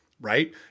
right